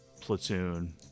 Platoon